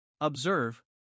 Observe